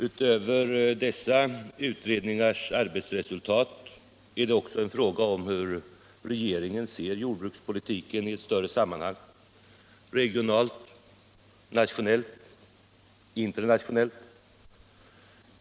Utöver dessa utredningars arbetsresultat är det också en fråga om hur regeringen ser jordbrukspolitiken i ett större sammanhang: regionalt, nationellt och internationellt.